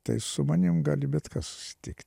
tai su manim gali bet kas susitikt